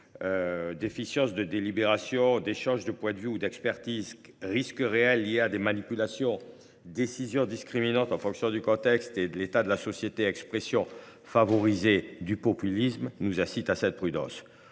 déficience de délibération, d’échange des points de vue, ou d’expertise ; risques réels liés à des manipulations ; décisions discriminatoires en fonction du contexte et de l’état de la société ; enfin, expression favorisée du populisme. Pour autant, ce que